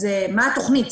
אז מה התוכנית?